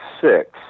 six